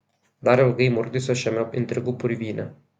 dar ilgai murkdysiuos šiame intrigų purvyne